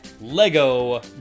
Lego